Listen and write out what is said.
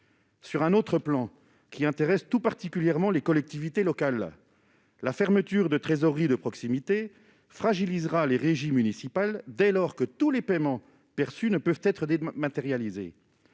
Sur un autre plan qui intéresse tout particulièrement les collectivités locales, la fermeture de trésoreries de proximité fragilisera les régies municipales dès lors que tous les paiements perçus ne peuvent être matérialisée,